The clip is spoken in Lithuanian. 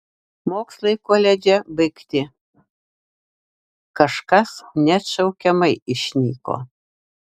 mokslai koledže baigti kažkas neatšaukiamai išnyko